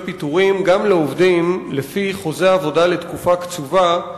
פיטורים גם לעובדים לפי חוזה עבודה לתקופה קצובה,